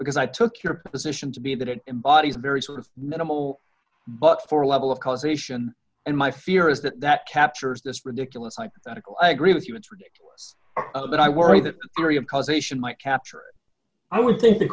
because i took your position to be that it embodies very sort of minimal but for a level of causation and my fear is that that captures this ridiculous hypothetical i agree with you it's ridiculous but i worry that three of causation might capture i would think the